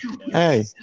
Hey